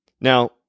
Now